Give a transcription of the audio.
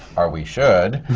or we should.